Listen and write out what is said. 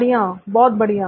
बढ़िया बहुत बढ़िया